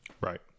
right